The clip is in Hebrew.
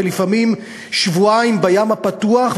ולפעמים שבועיים בים הפתוח,